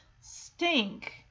stink